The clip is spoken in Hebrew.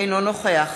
אינו נוכח